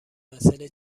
مسئله